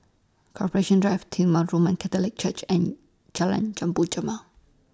Corporation Drive Titular Roman Catholic Church and Jalan Jambu